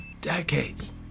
decades